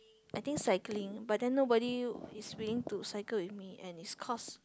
I think cycling but then nobody is willing to cycle with me and its cost~